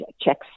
checks